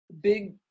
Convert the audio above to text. big